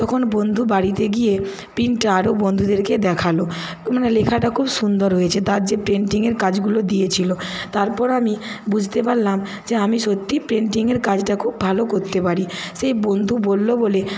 তখন বন্ধু বাড়িতে গিয়ে প্রিন্টটা আরো বন্ধুদেরকে দেখালো মানে লেখাটা খুব সুন্দর হয়েছে তার যে পেন্টিংয়ের কাজগুলো দিয়েছিলো তারপর আমি বুঝতে পারলাম যে আমি সত্যি পেন্টিংয়ের কাজটা খুব ভালো করতে পারি সেই বন্ধু বললো বলে